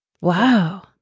wow